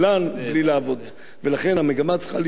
ולכן המגמה צריכה להיות שדבר אחד לא יהיה להם.